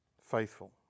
faithful